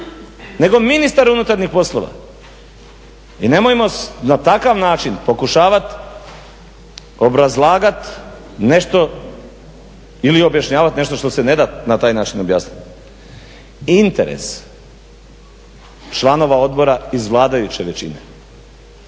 nego ministar unutarnjih poslova. I nemojmo na takav način pokušavati obrazlagat nešto ili objašnjavat nešto što se ne da na taj način objasniti. Interes članova odbora iz vladajuće većine